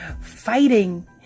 Fighting